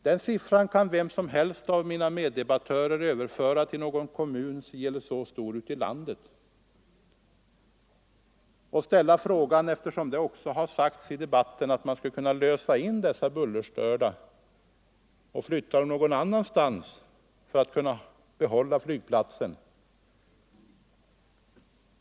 Den siffran kan vem som helst av mina meddebattörer överföra till någon kommun ute i landet. Det har ju sagts i debatten att man skulle kunna lösa in dessa bullerstörda och flytta dem någon annanstans för att därmed kunna behålla Bromma flygplats.